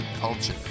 culture